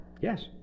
Yes